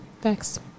Thanks